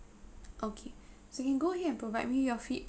okay so you can go ahead and provide me your feedback